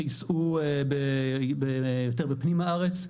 שיסעו יותר בפנים הארץ,